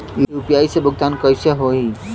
UPI से भुगतान कइसे होहीं?